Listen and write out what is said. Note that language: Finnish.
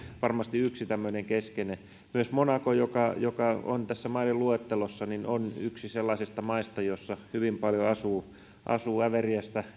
varmasti yksi tämmöinen keskeinen myös monaco joka joka on tässä maiden luettelossa on yksi sellaisista maista joissa hyvin paljon asuu äveriästä